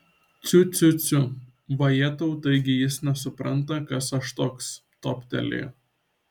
ciu ciu ciu vajetau taigi jis nesupranta kas aš toks toptelėjo